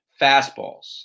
fastballs